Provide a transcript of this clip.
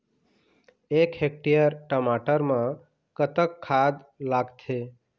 एक हेक्टेयर टमाटर म कतक खाद लागथे?